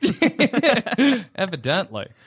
Evidently